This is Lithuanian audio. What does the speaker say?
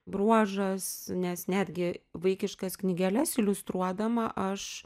bruožas nes netgi vaikiškas knygeles iliustruodama aš